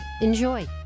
Enjoy